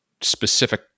specific